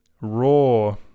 raw